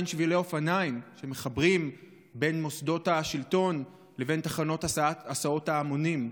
אין שבילי אופניים שמחברים בין מוסדות השלטון לבין תחנות הסעות ההמונים?